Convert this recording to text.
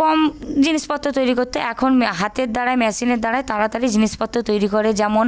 কম জিনিসপত্র তৈরি করতো এখন হাতের দ্বারায় মেশিনের দ্বারায় তাড়াতাড়ি জিনিসপত্র তৈরি করে যেমন